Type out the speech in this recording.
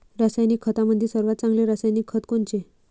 रासायनिक खतामंदी सर्वात चांगले रासायनिक खत कोनचे?